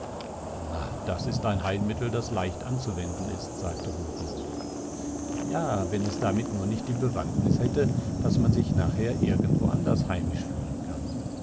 na das ist ein heilmittel das leicht anzuwenden ist sagte gudmund ja wenn es damit nur nicht die bewandtnis hätte daß man sich nachher irgendwo anders heimisch fühlen kann